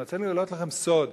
אני רוצה לגלות לכם סוד,